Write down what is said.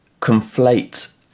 conflate